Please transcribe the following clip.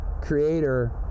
creator